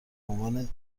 عنوان